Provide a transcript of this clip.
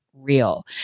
real